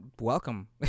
welcome